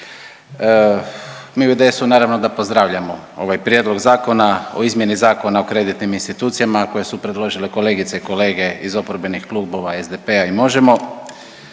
Mi u IDS-u naravno da pozdravljamo ovaj Prijedlog zakona o izmjeni Zakona o kreditnim institucijama, a koje su predložile kolegice i kolege iz oporbenih Kluba SDP-a i Možemo!